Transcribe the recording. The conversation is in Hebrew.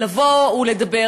לבוא ולדבר,